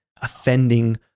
offending